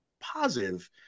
positive